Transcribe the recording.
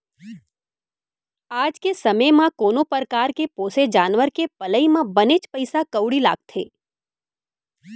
आज के समे म कोनो परकार के पोसे जानवर के पलई म बनेच पइसा कउड़ी लागथे